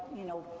you know,